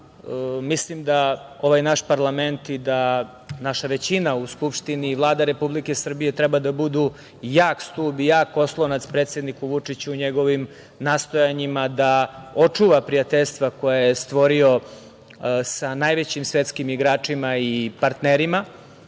Mislim da ovaj naš parlament i naša većina u Skupštini, Vlada Republike Srbije treba da budu jak stub i jak oslonac predsedniku Vučiću i njegovim nastojanjima da očuva prijateljstva koje je stvorio sa najvećim svetskim igračima i partnerima,